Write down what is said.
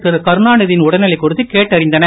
திருகருணாநிதியின் உடல்நிலை குறித்து கேட்டறிந்தனர்